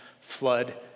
flood